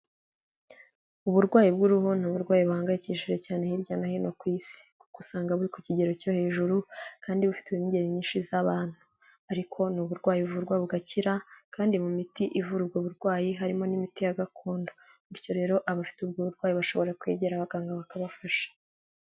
Uburwayi bw'uruhu ni uburwayi buhangayikishije cyane hirya no hino ku isi, kuko usanga biri ku kigero cyo hejuru kandi bufite n'ingengeri nyinshi z'abantu, ariko ni uburwayi buvurwa bugakira, kandi mu miti ivura ubwo burwayi harimo n'imiti ya gakondo, bityo rero abafite ubwo burwayi bashobora kwegera abaganga bakabafasha.